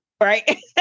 Right